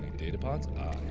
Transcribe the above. data pads ah